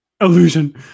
illusion